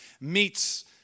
meets